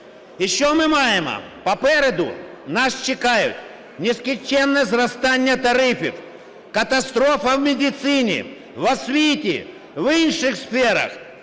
І що ми маємо? Попереду нас чекає нескінчене зростання тарифів, катастрофа в медицині, в освіті, в інших сферах.